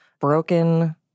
Broken